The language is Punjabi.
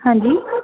ਹਾਂਜੀ